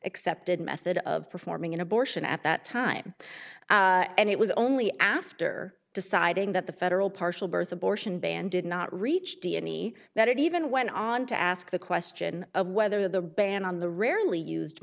accepted method of performing an abortion at that time and it was only after deciding that the federal partial birth abortion ban did not reach d n e that it even went on to ask the question of whether the ban on the rarely used